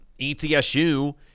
ETSU